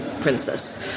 princess